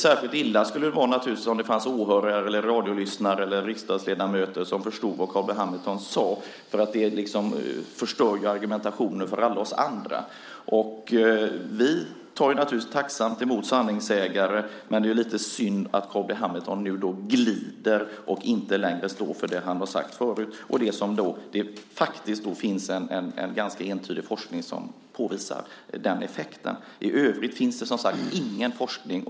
Särskilt illa skulle det naturligtvis vara om det fanns åhörare, radiolyssnare eller riksdagsledamöter som förstod vad Carl B Hamilton sade, för det förstör ju argumentationen för alla andra. Vi tar naturligtvis tacksamt emot sanningssägare, men det är lite synd att Carl B Hamilton nu glider och inte längre står för det han har sagt förut. Det finns faktiskt en ganska entydig forskning som påvisar den här effekten. I övrigt finns det, som sagt, ingen forskning.